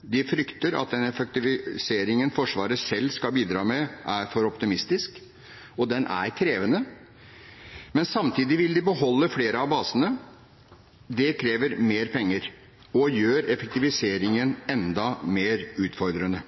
De frykter at den effektiviseringen Forsvaret selv skal bidra med, er for optimistisk – og den er krevende. Men samtidig vil de beholde flere av basene. Det krever mer penger og gjør effektiviseringen enda mer utfordrende.